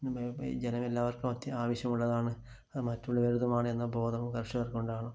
ജലം എല്ലാവർക്കും അത്യാവശ്യമുള്ളതാണ് അത് മറ്റുളളവരതുമാണ് എന്ന ബോധം കർഷകർക്ക് ഉണ്ടാകണം